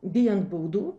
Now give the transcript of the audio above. bijant baudų